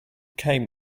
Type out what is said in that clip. came